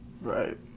Right